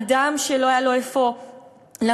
אדם שלא היה לו איפה לגור,